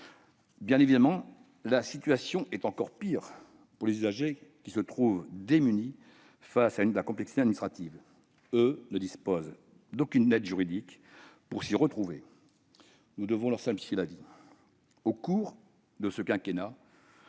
Bien évidemment, la situation est encore pire pour les usagers qui se retrouvent démunis face à la complexité administrative et qui ne disposent d'aucune aide juridique pour s'y retrouver. Nous devons leur simplifier la vie. Au cours de ce quinquennat,